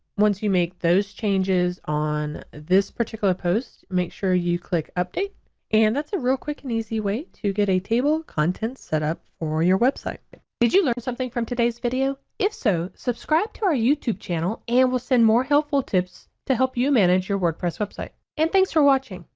once you make those changes on this particular post make sure you click update and that's a real quick and easy way to get a table content setup for your website. did you learn something from today's video? if so subscribe to our youtube channel and we'll send more help tips to help you manage your wordpress website and thanks for watching.